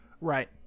Right